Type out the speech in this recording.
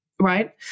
right